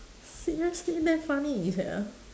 seriously damn funny is like uh